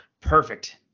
Perfect